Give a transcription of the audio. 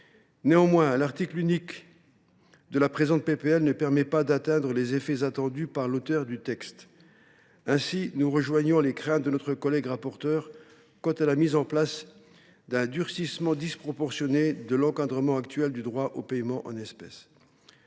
Néanmoins, l’article unique de la présente proposition de loi ne permet pas d’atteindre les effets attendus par l’auteur du texte. Ainsi, nous rejoignons les craintes de notre collègue rapporteur quant à la mise en place d’un durcissement disproportionné de l’encadrement actuel du droit au paiement en espèces.